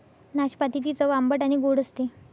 नाशपातीची चव आंबट आणि गोड असते